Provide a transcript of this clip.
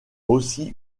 aussi